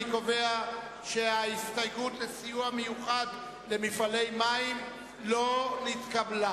אני קובע שההסתייגות לסיוע מיוחד למפעלי מים לא נתקבלה.